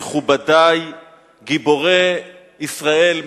מכובדי גיבורי ישראל,